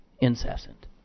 Incessant